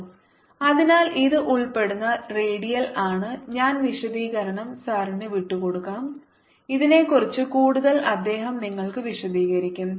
E 0nαR2 S ER0 0n22 I0αtr അതിനാൽ ഇത് ഉൾപ്പെടുന്ന റേഡിയൽ ആണ് ഞാൻ വിശദീകരണം സാറിന് വിട്ടുകൊടുക്കും ഇതിനെക്കുറിച്ചു കൂടുതൽ അദ്ദേഹം നിങ്ങൾക്ക് വിശദീകരിക്കും